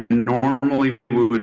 normally blue